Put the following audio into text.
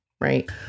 right